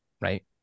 right